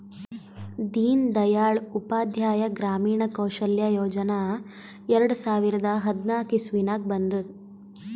ದೀನ್ ದಯಾಳ್ ಉಪಾಧ್ಯಾಯ ಗ್ರಾಮೀಣ ಕೌಶಲ್ಯ ಯೋಜನಾ ಎರಡು ಸಾವಿರದ ಹದ್ನಾಕ್ ಇಸ್ವಿನಾಗ್ ಬಂದುದ್